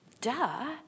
duh